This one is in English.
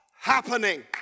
happening